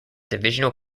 divisional